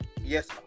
Yes